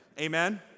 Amen